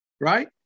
right